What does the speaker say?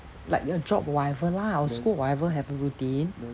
like your job whatever lah or school whatever have a routine